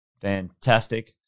Fantastic